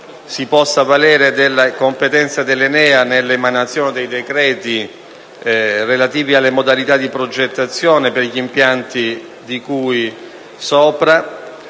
si possa avvalere della competenza dell'ENEA nell'emanazione dei decreti relativi alle modalità di progettazione per i suddetti impianti.